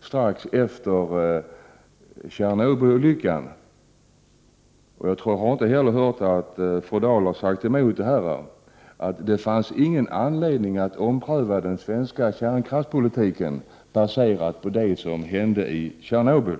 strax efter Tjernobylolyckan kom fram till — och jag har inte hört att fru Dahl har sagt emot det — att det inte fanns någon anledning att ompröva den svenska kärnkraftspolitiken på grundval av vad som hände i Tjernobyl.